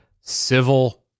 civil